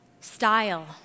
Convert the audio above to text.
style